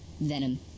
Venom